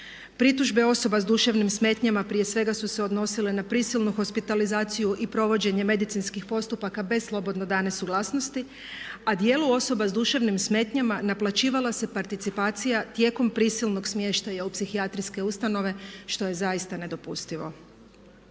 Pritužbe osoba s duševnim smetnjama prije svega su se odnosile na prisilnu hospitalizaciju i provođenje medicinskih postupaka bez slobodno dane suglasnosti, a dijelu osoba s duševnim smetnjama naplaćivala se participacija tijekom prisilnog smještaja u psihijatrijske ustanove što je zaista nedopustivo.